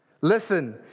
listen